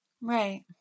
right